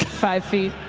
five feet,